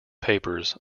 papers